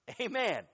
amen